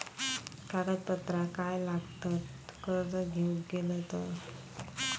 कागदपत्रा काय लागतत कर्ज घेऊक गेलो तर?